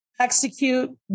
execute